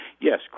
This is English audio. yes